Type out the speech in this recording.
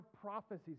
prophecies